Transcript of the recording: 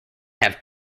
have